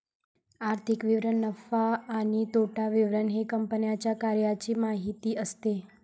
आर्थिक विवरण नफा आणि तोटा विवरण हे कंपन्यांच्या कार्याची माहिती असते